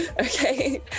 okay